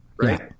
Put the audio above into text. right